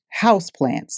houseplants